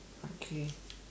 okay